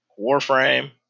Warframe